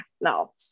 No